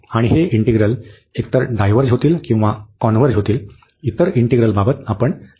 आणि हे इंटिग्रल एकतर डायव्हर्ज होतील किंवा कॉन्व्हर्ज होतील इतर इंटिग्रलबाबत आपण निष्कर्ष काढू शकतो